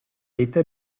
dette